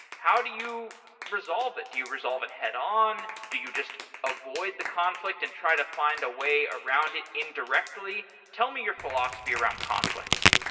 how do you resolve it? do you resolve it head on? do you just avoid the conflict and try to find a way around it indirectly? tell me your philosophy around conflicts.